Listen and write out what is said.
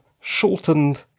shortened